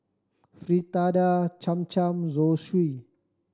Fritada Cham Cham Zosui